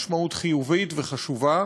משמעות חיובית וחשובה,